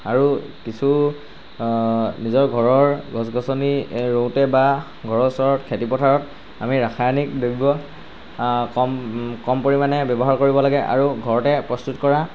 আৰু কিছু নিজৰ ঘৰৰ গছ গছনি ৰুওঁতে বা ঘৰৰ ওচৰত খেতিপথাৰত আমি ৰাসায়নিক দ্ৰব্য কম কম পৰিমাণে ব্যৱহাৰ কৰিব লাগে আৰু ঘৰতে প্ৰস্তুত কৰা